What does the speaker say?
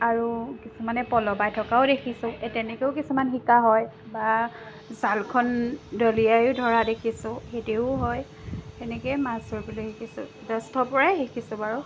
আৰু কিছুমানে পল বাই থকাও দেখিছোঁ এই তেনেকৈও কিছুমান শিকা হয় বা জালখন দলিয়াও ধৰা দেখিছোঁ সেইদৰেও হয় সেনেকৈয়ে মাছ ধৰিবলৈ শিকিছোঁ জ্যেষ্ঠৰপৰাই শিকিছোঁ বাৰু